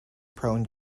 prone